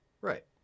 Right